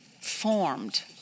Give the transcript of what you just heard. formed